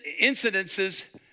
incidences